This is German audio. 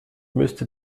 müsste